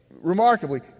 remarkably